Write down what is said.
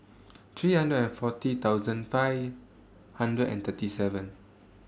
three hundred and forty thousand five hundred and thirty seven